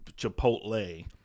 Chipotle